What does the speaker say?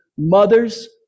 Mothers